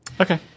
okay